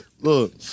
Look